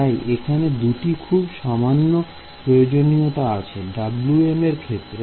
তাই এখানে দুটি খুব সামান্য প্রয়োজনীয়তা আছে Wm এর ক্ষেত্রে